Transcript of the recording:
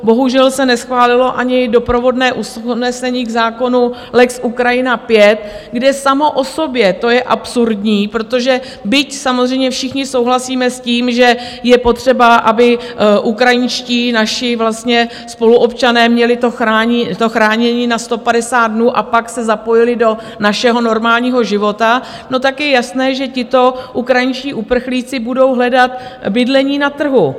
Bohužel se neschválilo ani doprovodné usnesení k zákonu lex Ukrajina V, kde samo o sobě, to je absurdní, protože byť samozřejmě všichni souhlasíme s tím, že je potřeba, aby ukrajinští naši vlastně spoluobčané měli to chránění na 150 dnů a pak se zapojili do našeho normálního života, tak je jasné, že tito ukrajinští uprchlíci budou hledat bydlení na trhu.